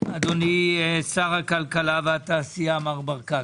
אדוני שר הכלכלה מר ברקת.